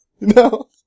No